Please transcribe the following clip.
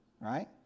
Right